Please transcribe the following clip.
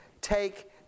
take